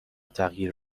تغییر